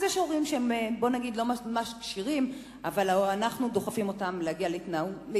אז יש הורים שהם לא ממש כשירים אבל אנחנו דוחפים אותם להגיע להתנהגות,